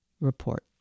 report